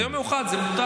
זה יום מיוחד, זה מותר.